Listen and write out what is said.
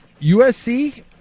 USC